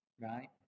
right